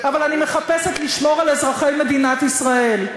אבל אני מחפשת לשמור על אזרחי מדינת ישראל.